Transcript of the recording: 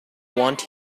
want